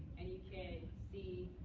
and you can see